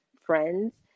friends